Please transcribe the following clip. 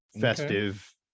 festive